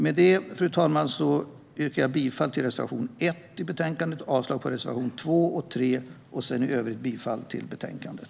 Med det, fru talman, yrkar jag bifall till reservation 1, avslag på reservation 2 och 3 och i övrigt bifall till förslaget i betänkandet.